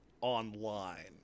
online